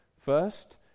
First